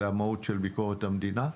זה המהות של ביקורת המדינה.